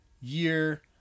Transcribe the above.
year